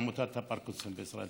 עמותת הפרקינסון בישראל.